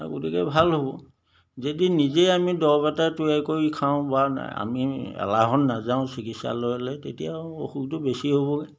গতিকে ভাল হ'ব যদি নিজে আমি দৰৱ এটা তৈয়াৰ কৰি খাওঁ বা আমি এলাহত নাযাওঁ চিকিৎসালয়লৈ তেতিয়া অসুখটো বেছি হ'বগৈ